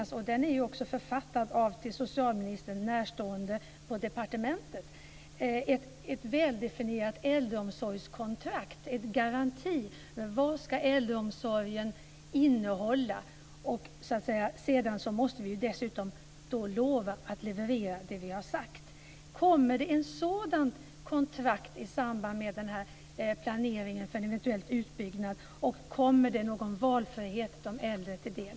som är författad av socialministern närstående på departementet. Där föreslår man att det ska finnas ett väldefinierat äldreomsorgskontrakt, en garanti för vad äldreomsorgen ska innehålla. Sedan måste vi lova att leverera vad vi har sagt. Kommer det ett sådant kontrakt i samband med planeringen för en eventuell utbyggnad? Kommer någon valfrihet de äldre till del?